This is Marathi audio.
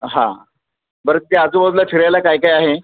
हां बरं ते आजूबाजूला फिरायला काय काय आहे